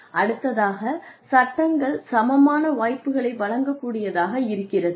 அடுத்ததாகச் சட்டங்கள் சமமான வாய்ப்புகளை வழங்க கூடியதாக இருக்கிறது